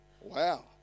Wow